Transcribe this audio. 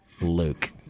Luke